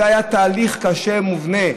זה היה תהליך קשה, מובנה,